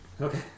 Okay